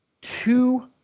two